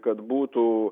kad būtų